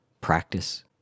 practice